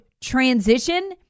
transition